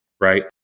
right